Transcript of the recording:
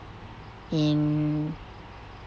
in